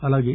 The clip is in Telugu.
అలాగే